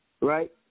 right